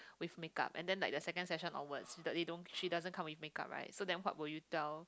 with make up and then like the second session onwards they don't she doesn't come with make up right so then what will you tell